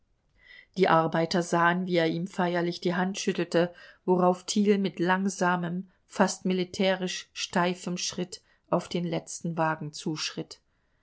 die arbeiter sahen wie er ihm feierlich die hand schüttelte worauf thiel mit langsamem fast militärisch steifem schritt auf den letzten wagen zuschritt